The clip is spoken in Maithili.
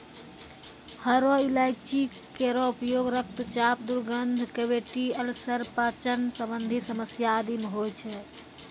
हरो इलायची केरो उपयोग रक्तचाप, दुर्गंध, कैविटी अल्सर, पाचन संबंधी समस्या आदि म होय छै